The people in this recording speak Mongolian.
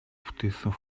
бүтээсэн